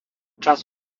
čas